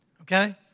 Okay